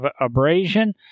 abrasion